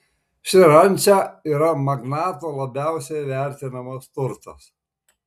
ši ranča yra magnato labiausiai vertinamas turtas